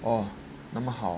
orh 那么好